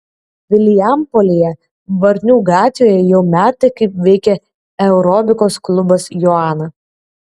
vilijampolėje varnių gatvėje jau metai kaip veikia aerobikos klubas joana